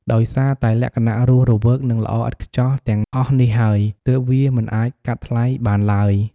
ដោយសារតែលក្ខណៈរស់រវើក និងល្អឥតខ្ចោះទាំងអស់នេះហើយ ទើបវាមិនអាចកាត់ថ្លៃបានឡើយ។